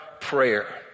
prayer